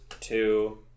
two